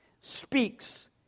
speaks